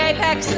Apex